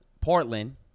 Portland